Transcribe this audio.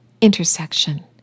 intersection